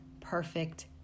perfect